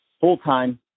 full-time